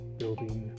building